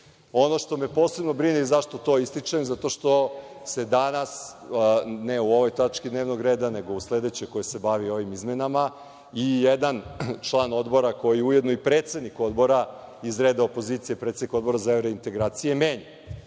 što me posebno brine, i zašto to ističem, zato što se danas, ne u ovoj tački dnevnog reda, nego u sledećoj, koja se bavi ovim izmenama i jedan član odbora koji je ujedno i predsednik odbora iz redova opozicije, predsednik Odbora za evrointegracije menja.